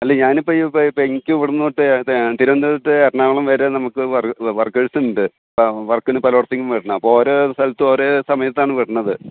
അല്ലെങ്കിൽ ഞാനിപ്പം ഇപ്പം എനിക്ക് ഇവിടെ നിന്ന് അങ്ങോട്ട് തിരുവനന്തപുരത്ത് എറണാകുളം വരെ നമുക്ക് വർക്കേഴ്സ് ഉണ്ട് അപ്പം വർക്കിന് പലയിടത്തേയ്ക്കും വരണം അപ്പം ഓരോ സ്ഥലത്തും ഓരോ സമയത്താണ് വരുന്നത്